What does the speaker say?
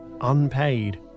unpaid